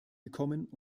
gekommen